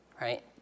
right